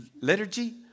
Liturgy